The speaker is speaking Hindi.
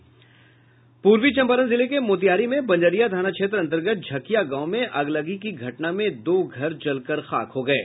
उधर पूर्वी चंपारण जिले के मोतिहारी में बंजरिया थाना क्षेत्र अंतर्गत झकिया गांव में अगलगी की घटना में दो घर जल कर खाक हो गये